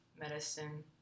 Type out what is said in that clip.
medicine